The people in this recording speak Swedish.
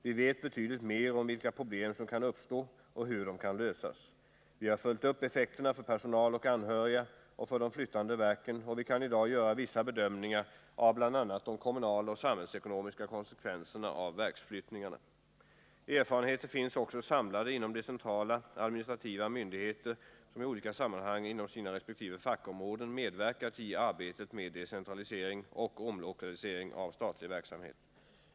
Vi vet betydligt mer om vilka problem som kan uppstå och hur de kan lösas. Vi har följt upp effekterna för personal och anhöriga och för de flyttande verken, och vi kan i dag göra vissa bedömningar av bl.a. de kommunaloch samhällsekonomiska konsekvenserna av verksflyttningarna. Erfarenheter finns också samlade inom de centrala, administrativa myndigheter som i olika sammanhang inom sina resp. fackområden medverkat i arbetet med decentralisering och omlokalisering av statlig verksamhet.